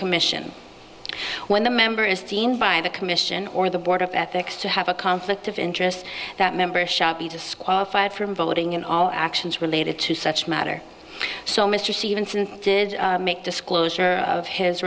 commission when the member is deemed by the commission or the board of ethics to have a conflict of interest that member shot be disqualified from voting in all actions related to such matter so mr stevenson did make disclosure of his